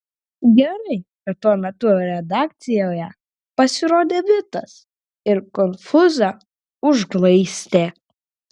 gerai kad tuo metu redakcijoje pasirodė vitas ir konfūzą užglaistė